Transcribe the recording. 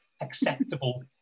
acceptable